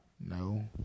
no